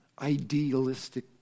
idealistic